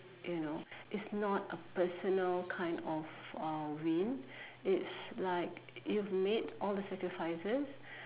you know it's not a personal kind of uh win it's like you've made all the sacrifices